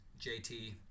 jt